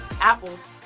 apples